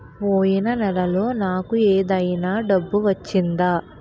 పోయిన నెలలో నాకు ఏదైనా డబ్బు వచ్చిందా?